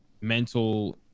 mental